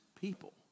people